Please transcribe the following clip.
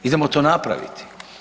Idemo to napraviti.